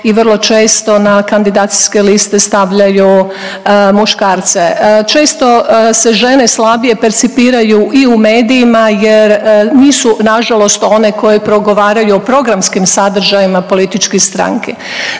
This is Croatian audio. i vrlo često na kandidacijske liste stavljaju muškarce. Često se žene slabije percipiraju i u medijima jer nisu nažalost one koje progovaraju o programskim sadržajima političkih stranki.